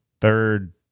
third